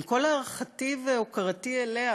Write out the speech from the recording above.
כל הערכתי והוקרתי אליה,